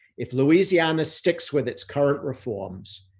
if louisiana sticks with its current reforms,